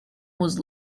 was